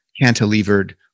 cantilevered